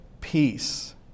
peace